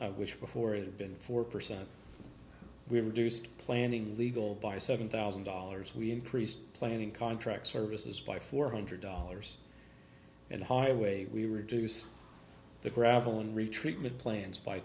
which before it had been four percent we reduced planning legal by seven thousand dollars we increased planning contract services by four hundred dollars and highway we reduced the gravel and retreatment plans by